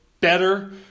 better